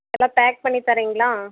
எல்லாம் பேக் பண்ணி தரீங்களா